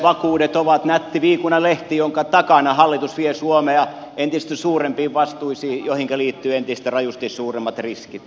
vakuudet ovat nätti viikunanlehti jonka takana hallitus vie suomea entistä suurempiin vastuisiin joihinka liittyvät entistä rajusti suuremmat riskit